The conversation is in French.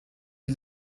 est